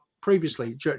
previously